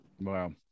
wow